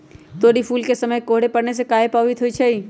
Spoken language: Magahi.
तोरी फुल के समय कोहर पड़ने से काहे पभवित होई छई?